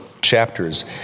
chapters